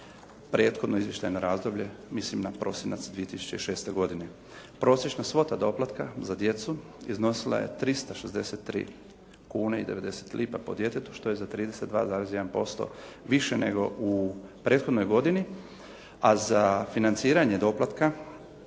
prethodno izvještajno razdoblje, mislim na prosinac 2006. godine. Prosječna svota doplatka za djecu iznosila je 363 kune i 90 lipa po djetetu što je za 32,1% više nego u prethodnoj godini a za financiranje doplatka